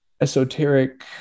esoteric